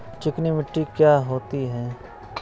चिकनी मिट्टी क्या होती है?